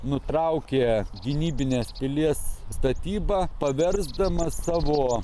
nutraukė gynybinės pilies statybą paversdamas savo